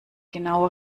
genaue